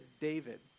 David